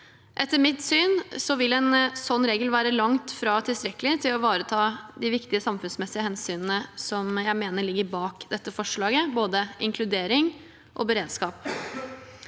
Etter mitt syn vil en slik regel være langt fra tilstrekkelig til å ivareta de viktige samfunnsmessige hensynene som jeg mener ligger bak dette forslaget, både inkludering og beredskap.